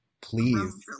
please